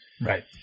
Right